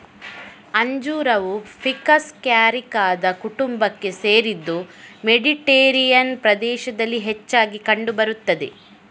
ಅಂಜೂರವು ficus ಕ್ಯಾರಿಕಾದ ಕುಟುಂಬಕ್ಕೆ ಸೇರಿದ್ದು ಮೆಡಿಟೇರಿಯನ್ ಪ್ರದೇಶದಲ್ಲಿ ಹೆಚ್ಚಾಗಿ ಕಂಡು ಬರುತ್ತದೆ